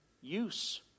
use